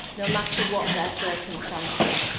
no matter what their circumstances.